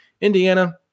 Indiana